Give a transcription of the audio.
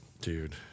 Dude